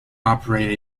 operate